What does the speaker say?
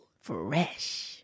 Fresh